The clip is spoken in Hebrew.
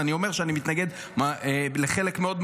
ואני אומר שאני מתנגד לחלק מאוד מהותי.